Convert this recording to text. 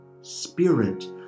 spirit